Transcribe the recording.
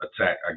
attack